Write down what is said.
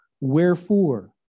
wherefore